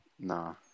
No